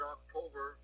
October